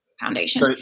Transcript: foundation